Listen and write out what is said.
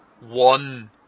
one